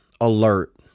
alert